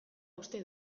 uste